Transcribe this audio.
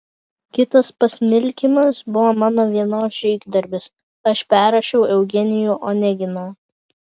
kitas pasmilkymas buvo mano vienos žygdarbis aš perrašiau eugenijų oneginą